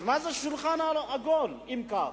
אז מה זה שולחן עגול אם כך?